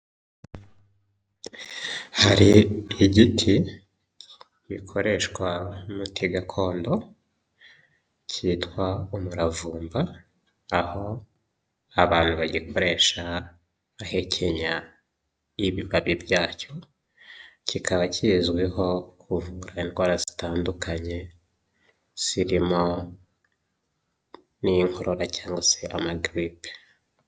Hari igiti bikoreshwa nk'umuti gakondo kitwa umuravumba aho abantu bagikoresha bahekenya ibibabi byacyo. Kikaba kizwiho kuvura indwara zitandukanye zirimo n'inkorora cyangwa se amagiripe.